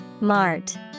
Mart